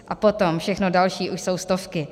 A potom všechno další už jsou stovky.